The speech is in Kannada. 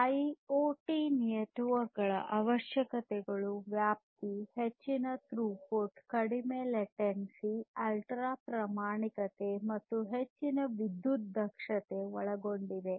ಐಒಟಿ ನೆಟ್ವರ್ಕ್ ಗಳ ಅವಶ್ಯಕತೆಗಳು ವ್ಯಾಪ್ತಿ ಹೆಚ್ಚಿನ ಥ್ರೋಪುಟ್ ಕಡಿಮೆ ಲೇಟೆನ್ಸಿ ಅಲ್ಟ್ರಾ ಪ್ರಾಮಾಣಿಕತೆ ಮತ್ತು ಹೆಚ್ಚಿನ ವಿದ್ಯುತ್ ದಕ್ಷತೆ ಒಳಗೊಂಡಿವೆ